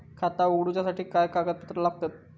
खाता उगडूच्यासाठी काय कागदपत्रा लागतत?